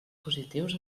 positius